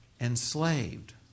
enslaved